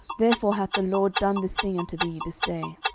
therefore hath the lord done this thing unto thee this day.